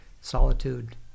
solitude